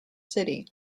city